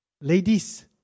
Ladies